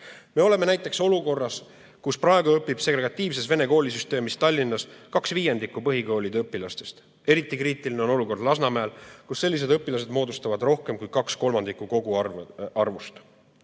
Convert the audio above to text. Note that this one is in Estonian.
Me oleme näiteks olukorras, kus praegu õpib segregatiivses vene koolisüsteemis Tallinnas kaks viiendikku põhikoolide õpilastest. Eriti kriitiline on olukord Lasnamäel, kus sellised õpilased moodustavad rohkem kui kaks kolmandikku koguarvust. Vastavaid